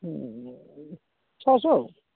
ହୁଁ ଛଅଶହ ଆଉ